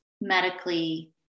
medically